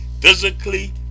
physically